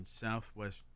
southwest